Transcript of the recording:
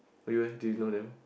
for you leh do you know them